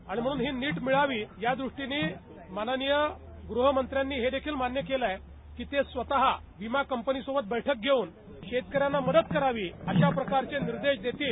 आणि म्हणून हि निट मिळावी या दृष्टीनी माननिय ग्रहमंत्र्यांनी हे देखील मान्य केलं आहे कि ते स्वतः विमा कंपनी सोबत बैठक घेऊन शेतकऱ्यांना मदत करावी अश्या प्रकारचे निर्दश देतील